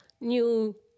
new